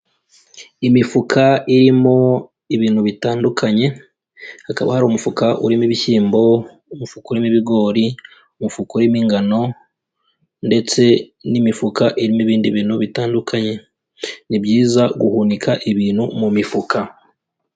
Imifuka irimo ibintu bitandukanye, hakaba hari umufuka urimo ibishyimbo, umufukumo ibigori, umufukumo ingano ndetse n'imifuka irimo ibindi bintu bitandukanye, ni byiza guhunika ibintu mu mifuka.